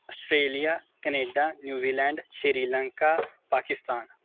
Australia Canada New Zealand Sri Lanka Pakistan